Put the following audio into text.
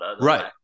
Right